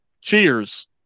cheers